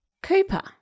Cooper